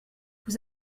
vous